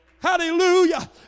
Hallelujah